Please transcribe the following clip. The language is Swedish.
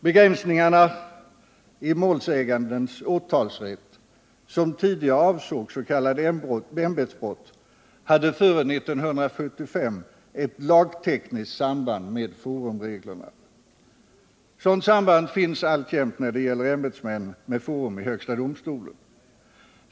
Begränsningarna i målsägandens åtalsrätt, vilka tidigare avsåg s.k. ämbetsbrott, hade före 1975 ett lagtekniskt samband med forumreglerna. Ett sådant samband finns alltjämt när det gäller ämbetsmän med forum i högsta domstolen.